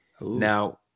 Now